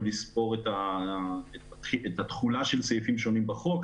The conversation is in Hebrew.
לספור את התכולה של סעיפים שונים בחוק.